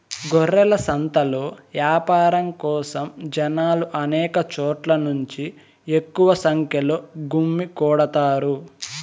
గొర్రెల సంతలో యాపారం కోసం జనాలు అనేక చోట్ల నుంచి ఎక్కువ సంఖ్యలో గుమ్మికూడతారు